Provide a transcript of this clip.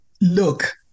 Look